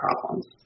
problems